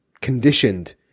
conditioned